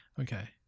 Okay